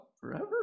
forever